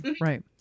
Right